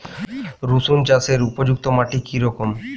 রুসুন চাষের উপযুক্ত মাটি কি রকম?